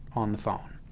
on the phone.